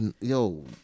yo